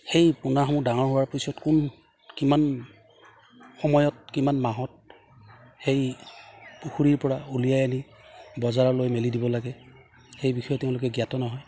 সেই পোনাসমূহ ডাঙৰ হোৱাৰ পিছত কোন কিমান সময়ত কিমান মাহত সেই পুখুৰীৰ পৰা উলিয়াই আনি বজাৰলৈ মেলি দিব লাগে সেই বিষয়ে তেওঁলোকে জ্ঞাত নহয়